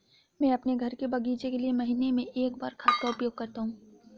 मैं अपने घर के बगीचे के लिए महीने में एक बार खाद का उपयोग करता हूँ